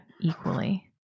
equally